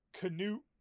Canute